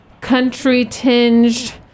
country-tinged